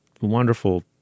wonderful